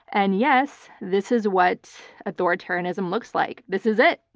and yes, this is what authoritarianism looks like. this is it,